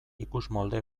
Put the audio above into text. ikusmolde